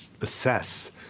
assess